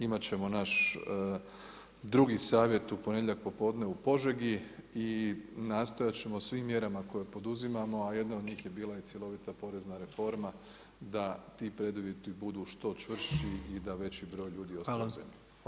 Imat ćemo naš drugi savjet u ponedjeljak popodne u Požegi i nastojat ćemo svim mjerama koje poduzimamo, a jedna od njih je bila i cjelovita porezna reforma da ti preduvjeti budu što čvršći i da veći broj ljudi ostane u zemlji.